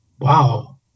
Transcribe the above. wow